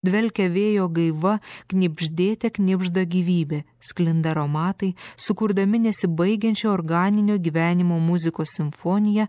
dvelkia vėjo gaiva knibždėte knibžda gyvybė sklinda aromatai sukurdami nesibaigiančią organinio gyvenimo muzikos simfoniją